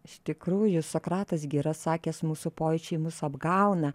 iš tikrųjų sokratas gi yra sakęs mūsų pojūčiai mus apgauna